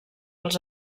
els